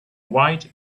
white